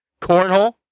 cornhole